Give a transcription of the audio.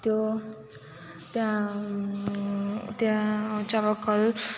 त्यो त्यहाँ त्यहाँ चापाकल